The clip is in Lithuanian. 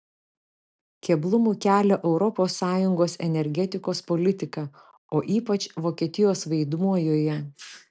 keblumų kelia europos sąjungos energetikos politika o ypač vokietijos vaidmuo joje